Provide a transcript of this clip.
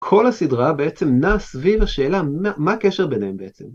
כל הסדרה בעצם נעה סביב השאלה מה הקשר ביניהם בעצם.